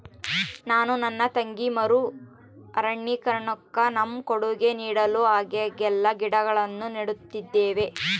ನಾನು ನನ್ನ ತಂಗಿ ಮರು ಅರಣ್ಯೀಕರಣುಕ್ಕ ನಮ್ಮ ಕೊಡುಗೆ ನೀಡಲು ಆದಾಗೆಲ್ಲ ಗಿಡಗಳನ್ನು ನೀಡುತ್ತಿದ್ದೇವೆ